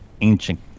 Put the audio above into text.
ancient